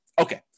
Okay